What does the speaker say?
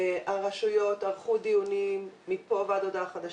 הרשויות ערכו דיונים מפה ועד להודעה חדשה,